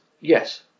Yes